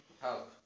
help